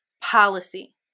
policy